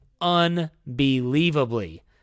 unbelievably